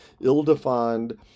ill-defined